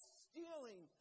stealing